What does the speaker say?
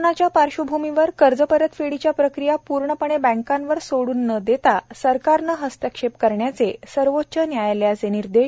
कोरोंच्या पार्श्वभूमीवर कर्ज परतफेडीची प्रक्रिया पूर्णपणे बँकांवर सोडून न देता सरकारने हस्तक्षेप करण्याचे सर्वोच्च न्यायालयाचे निर्देश